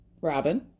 Robin